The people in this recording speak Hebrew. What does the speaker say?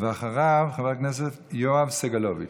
אחריו, חבר הכנסת יואב סגלוביץ'.